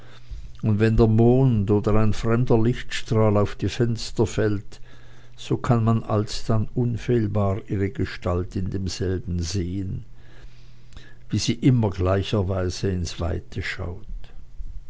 und wenn der mond oder ein fremder lichtstrahl auf ihr fenster fällt so kann man alsdann unfehlbar ihre gestalt in demselben sehen wie sie immer gleicherweise ins weite schaut